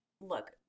look